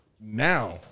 Now